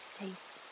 taste